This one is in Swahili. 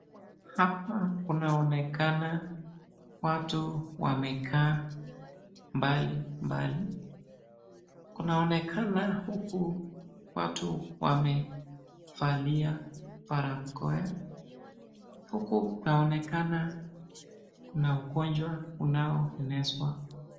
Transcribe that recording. Hapa kunaonekana watu wamekaa mbalimbali, kunaonekana huku watu wamevalia barakoa, huku kunaonekana kuna ugonjwa unao enezwa.